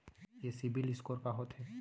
ये CIBIL score का होथे?